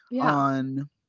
on